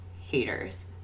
haters